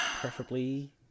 Preferably